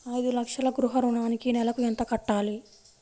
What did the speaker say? ఐదు లక్షల గృహ ఋణానికి నెలకి ఎంత కట్టాలి?